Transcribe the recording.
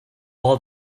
all